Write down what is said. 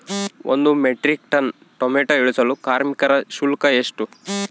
ಒಂದು metric ton tomato ಇಳಿಸಲು ಕಾರ್ಮಿಕರ ಶುಲ್ಕ ಎಷ್ಟು?